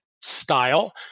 style